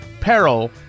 peril